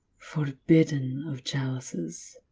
forbidden of chalices.